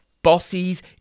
Bosses